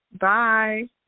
Bye